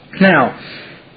Now